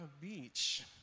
beach